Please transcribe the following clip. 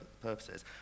purposes